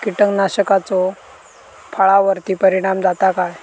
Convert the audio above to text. कीटकनाशकाचो फळावर्ती परिणाम जाता काय?